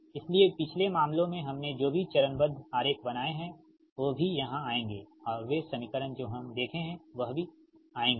इसलिए पिछले मामलों में हमने जो भी चरणबद्ध आरेख बनाए हैं वे भी यहाँ आएँगे और वे समीकरण जो हम देखे हैं वह भी आएँगे